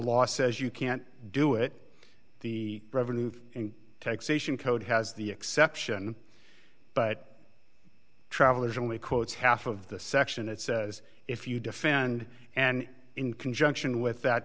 law says you can't do it the revenue taxation code has the exception but travelers only quotes half of the section it says if you defend and in conjunction with that